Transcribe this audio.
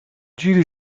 giri